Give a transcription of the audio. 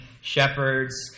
shepherds